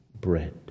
bread